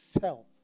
self